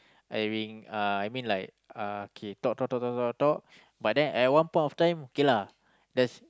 I being uh I mean like uh kay talk talk talk talk talk but then at one point of time kay lah that's